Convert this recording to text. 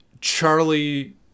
Charlie